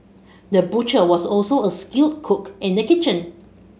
the butcher was also a skilled cook in the kitchen